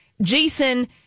Jason